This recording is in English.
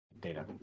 data